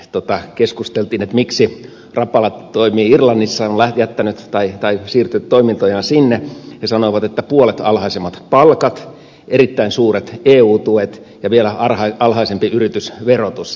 kun keskustelimme miksi rapala toimii irlannissa on siirtänyt toimintojaan sinne he sanoivat että puolet alhaisemmat palkat erittäin suuret eu tuet ja vielä alhaisempi yritysverotus